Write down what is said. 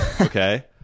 Okay